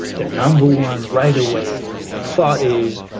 the number one right away thought is